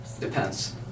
depends